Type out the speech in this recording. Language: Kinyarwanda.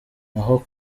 naho